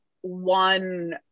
one